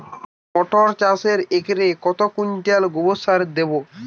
মটর চাষে একরে কত কুইন্টাল গোবরসার দেবো?